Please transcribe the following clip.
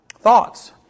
Thoughts